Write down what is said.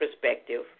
perspective